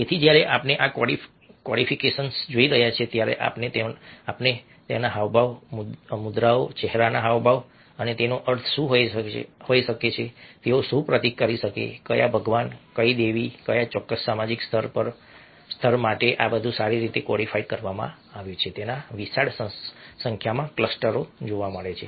તેથી જ્યારે આપણે આ કોડિફિકેશન્સ જોઈ રહ્યા છીએ ત્યારે આપણને હાવભાવ મુદ્રાઓ ચહેરાના હાવભાવ અને તેનો અર્થ શું હોઈ શકે તેઓ શું પ્રતીક કરી શકે કયા ભગવાન કઈ દેવી કયા ચોક્કસ સામાજિક સ્તર માટે આ બધું સારી રીતે કોડીફાઇડ કરવામાં આવ્યું છે તેનાં વિશાળ સંખ્યામાં ક્લસ્ટરો જોવા મળે છે